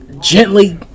gently